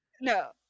no